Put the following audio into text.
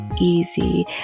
easy